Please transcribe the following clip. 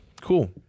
Cool